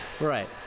right